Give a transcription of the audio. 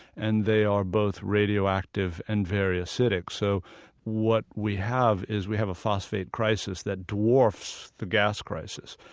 and they are both radioactive and very acidic. so what we have is we have a phosphate crisis that dwarfs the gas crisis.